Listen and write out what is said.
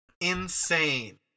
Insane